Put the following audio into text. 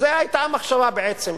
זאת היתה המחשבה בעצם,